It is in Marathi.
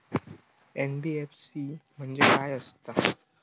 एन.बी.एफ.सी म्हणजे खाय आसत?